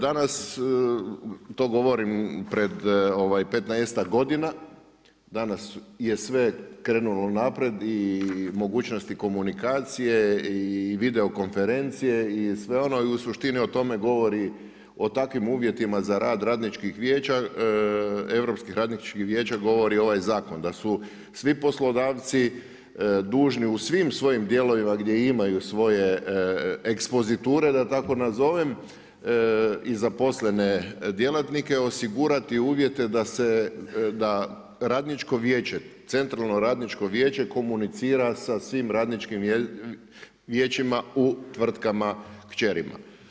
Danas to govorim pred petnaestak godina, danas je sve krenulo naprijed i mogućnosti komunikacije i video konferencije i sve ono i u suštini o tome govori, o takvim uvjetima za rad Radničkih vijeća govori ovaj zakon da su svi poslodavci dužni u svim svojim dijelovima gdje imaju svoje ekspoziture da tako nazovem i zaposlene djelatnike osigurati uvjete da Radničko vijeće, centralno Radničko vijeće komunicira sa svim Radničkim vijećima u tvrtkama kćerima.